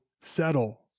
settle